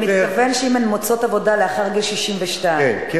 אתה מתכוון, אם הן מוצאות עבודה לאחר גיל 62. כן.